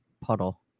puddle